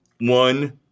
one